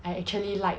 I actually like